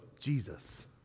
Jesus